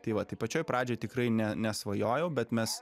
tai va toj pačioj pradžioj tikrai ne nesvajojau bet mes